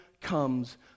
comes